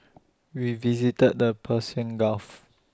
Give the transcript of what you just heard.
we visited the Persian gulf